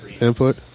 input